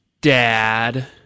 dad